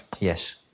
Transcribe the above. Yes